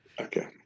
Okay